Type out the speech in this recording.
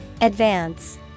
Advance